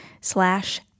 slash